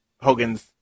Hogan's